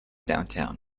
downtown